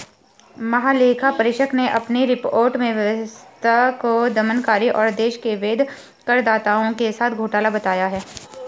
महालेखा परीक्षक ने अपनी रिपोर्ट में व्यवस्था को दमनकारी और देश के वैध करदाताओं के साथ घोटाला बताया है